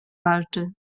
walczy